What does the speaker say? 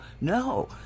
no